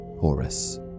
Horus